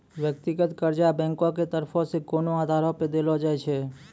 व्यक्तिगत कर्जा बैंको के तरफो से कोनो आधारो पे देलो जाय छै